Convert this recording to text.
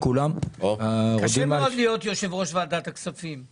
קשה מאוד להיות יושב-ראש ועדת הכספים.